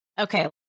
Okay